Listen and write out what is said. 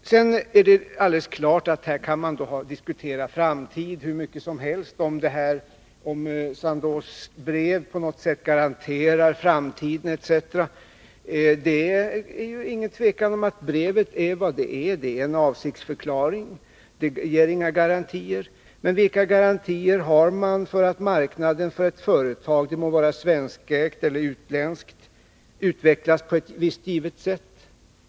Sedan är det alldeles klart att man kan diskutera framtiden hur mycket som helst, om Sandoz brev på något sätt garanterar framtiden etc. Det råder inget tvivel om att brevet är vad det är — det är avsiktsförklaring. Det ger inga garantier. Men vilka garantier har man för att marknaden för ett företag — det må vara svenskägt eller utländskt — utvecklas på ett givet sätt?